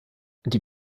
die